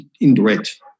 indirect